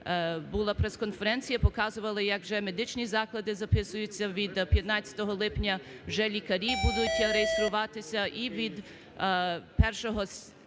була прес-конференція, показували, як вже медичні заклади записуються від 15 липня вже лікарі будуть реєструватися, і від першого січня